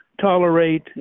tolerate